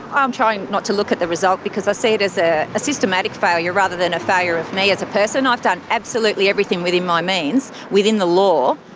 i'm trying not to look at the result because i see it as ah a systematic failure rather than a failure of me as a person, i've done absolutely everything within my means, within the law.